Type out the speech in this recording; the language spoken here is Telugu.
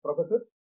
professor B